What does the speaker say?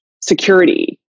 Security